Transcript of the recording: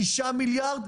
6 מיליארד,